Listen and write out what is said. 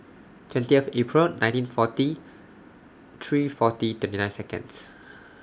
twentieth April nineteen forty three forty twenty nine Seconds